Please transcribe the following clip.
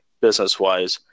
business-wise